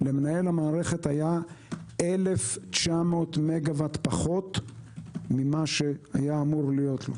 למנהל המערכת היה 1,900 מגוואט פחות ממה שהיה אמור להיות.